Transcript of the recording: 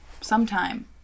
Sometime